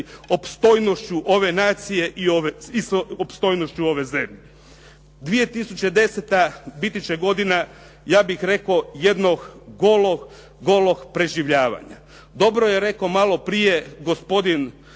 opstojnošću ove nacije i opstojnošću ove zemlje. 2010. biti će godina ja bih rekao jednog golog preživljavanja. Dobro je rekao malo prije gospodin